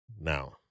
now